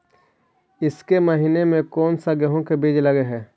ईसके महीने मे कोन सा गेहूं के बीज लगे है?